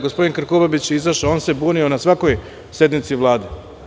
Gospodin Krkobabić je izašao i on se bunio na svakoj sednici Vlade.